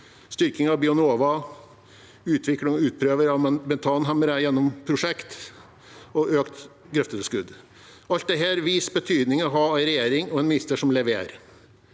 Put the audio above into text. styrking av Bionova, utvikling og utprøving av metanhemmere gjennom prosjekt og økt grøftetilskudd – alt dette viser betydningen av å ha en regjering og en minister som leverer.